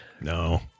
No